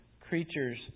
creatures